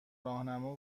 راهنما